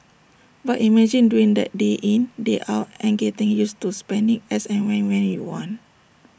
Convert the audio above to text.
but imagine doing that day in day out and getting used to spending as and when when you want